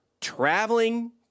traveling